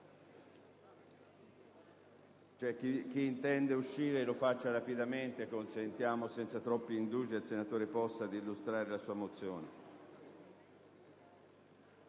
chi intende uscire lo faccia rapidamente. Consentiamo senza indugiare troppo al senatore Possa di illustrare la sua mozione.